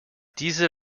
diese